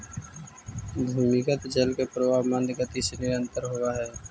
भूमिगत जल के प्रवाह मन्द गति से निरन्तर होवऽ हई